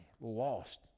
lost